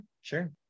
sure